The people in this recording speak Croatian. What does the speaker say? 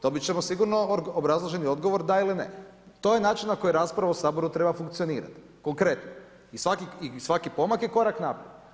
Dobit ćemo sigurno obrazloženi odgovor da ili ne, to je način na koji rasprava u Saboru treba funkcionirati konkretno i svaki pomak je korak naprijed.